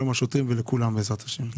שלום השוטרים ולכולם בעז"ה.